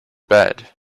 bed